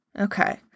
Okay